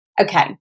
Okay